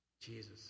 Jesus